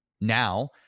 now